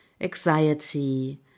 anxiety